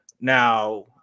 Now